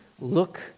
Look